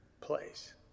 place